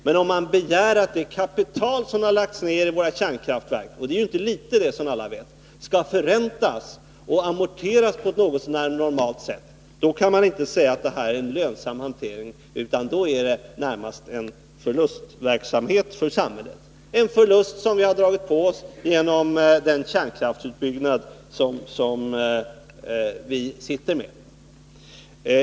Men om man begär att det kapital som lagts ned i våra kärnkraftverk, och det är ju som alla vet inte litet, skall förräntas och amorteras på ett något så när normalt sätt, kan man inte säga att det här är en lönsam hantering, utan att det närmast är en förlustverksamhet för samhället — en förlust som vi har dragit på oss genom den kärnkraftsutbyggnad som nu pågår.